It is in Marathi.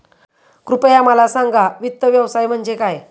कृपया मला सांगा वित्त व्यवसाय म्हणजे काय?